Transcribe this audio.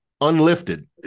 unlifted